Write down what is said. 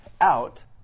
out